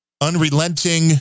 Unrelenting